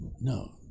No